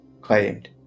claimed